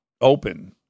open